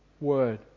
word